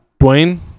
Dwayne